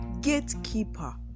gatekeeper